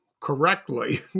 correctly